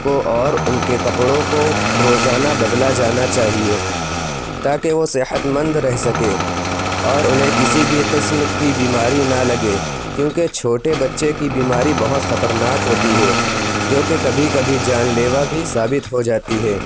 کو اور ان کے کپڑوں کو روزانہ بدلہ جانا چاہیے تاکہ وہ صحت مند رہ سکیں اور انہیں کسی بھی قسم کی بیماری نہ لگے کیوں کہ چھوٹے بچے کی بیماری بہت خطرناک ہوتی ہے جو کہ کبھی کبھی جان لیوا بھی ثابت ہو جاتی ہے